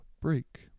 break